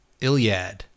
Iliad